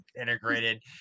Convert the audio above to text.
integrated